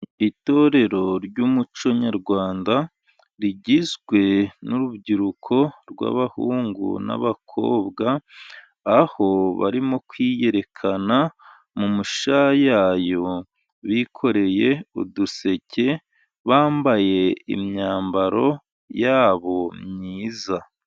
Itorero ry'umuco nyarwanda rigizwe n'urubyiruko rw'abahungu n'abakobwa, aho barimo kwiyerekana mu masha yayo, bikoreye uduseke bambaye imyambaro yabo myiza.